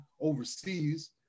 overseas